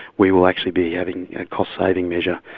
we will actually be having a cost saving measure.